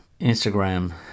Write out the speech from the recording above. Instagram